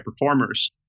performers